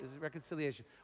reconciliation